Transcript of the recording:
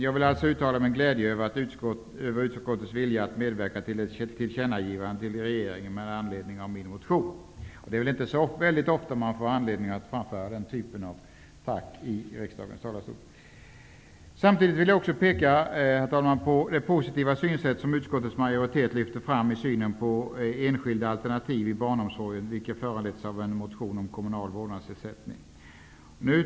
Jag vill alltså uttala min glädje över utskottets vilja att medverka till ett tillkännagivande till regeringen med anledning av min motion. Det är väl inte särskilt ofta man får anledning att framföra den typen av tack i riksdagens talarstol. Samtidigt vill jag peka på det positiva synsätt som utskottets majoritet lyfter fram när det gäller enskilda alternativ i barnomsorgen, vilka föranletts av en motion om kommunal vårdnadsersättning.